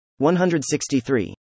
163